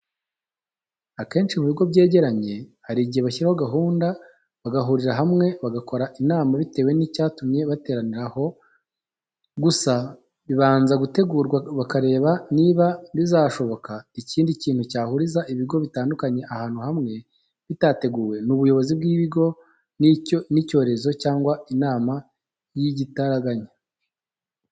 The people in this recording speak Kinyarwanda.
Akenci mu bigo byejyeranye hari ijyihe bashyiraho gahunda bagahurira hamwe bagakora inama bitewe n'icyatumye bateranira aho, gusa bibanza gutegurwa bakareba niba bizashoboka. Ikindi cyintu cyahuriza ibigo bitandukanye ahantu hamwe bitateguwe n'ubuyobozi bw'ibigo ni nk'icyorezo cyangwa inama y'ijyitaraganya.